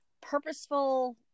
purposeful